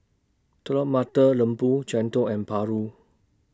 Telur Mata Lembu Chendol and Paru